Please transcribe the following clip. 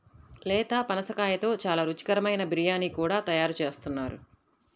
లేత పనసకాయతో చాలా రుచికరమైన బిర్యానీ కూడా తయారు చేస్తున్నారు